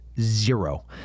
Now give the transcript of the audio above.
zero